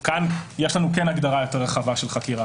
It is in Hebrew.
כאן יש לנו הגדרה יותר רחבה של חקירה.